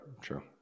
true